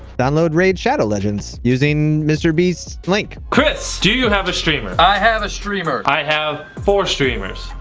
download raid shadow legends using mr. beast's link. chris, do you have a streamer? i have a streamer. i have four streamers.